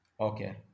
Okay